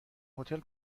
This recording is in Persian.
هتل